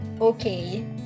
okay